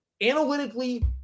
analytically